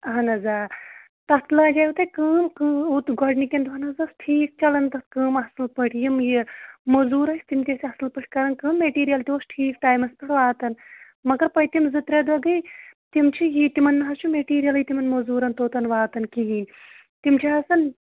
اَہَن حظ آ تَتھ لاجیو تۄہہِ کٲم گۄڈنِکٮ۪ن دۄہَن حظ ٲس ٹھیٖک چَلَن تَتھ کٲم اَصٕل پٲٹھۍ یِم یہِ موزوٗر ٲسۍ تِم تہِ ٲسۍ اَصٕل پٲٹھۍ کَرَان کٲم میٹیٖریَل تہِ اوس ٹھیٖک ٹایمَس پٮ۪ٹھ واتان مگر پٔتِم زٕ ترٛےٚ دۄہ گٔے تِم چھِ یہِ تِمَن نہ حظ چھُ میٹیٖریَلٕے تِمَن موزوٗرَن توتَن واتَن کِہیٖنۍ تِم چھِ آسان